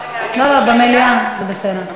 במליאה זה בסדר.